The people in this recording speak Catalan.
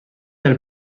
del